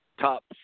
top